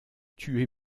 tué